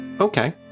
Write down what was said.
Okay